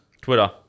twitter